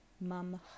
Mum